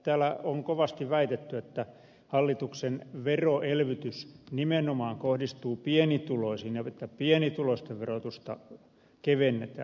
täällä on kovasti väitetty että hallituksen veroelvytys nimenomaan kohdistuu pienituloisiin ja että pienituloisten verotusta kevennetään